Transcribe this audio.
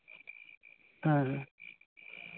ᱦᱮᱸ ᱦᱮᱸ